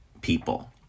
people